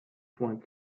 points